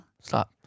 stop